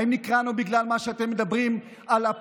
האם נקראנו בגלל מה שאתם מדברים עליו,